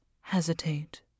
hesitate